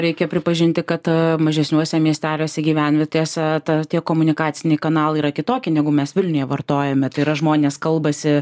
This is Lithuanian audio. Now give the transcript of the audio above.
reikia pripažinti kad mažesniuose miesteliuose gyvenvietėse tie komunikaciniai kanalai yra kitokie negu mes vilniuje vartojame tai yra žmonės kalbasi